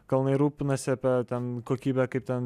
kalnai rūpinasi apie ten kokybę kaip ten